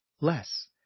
less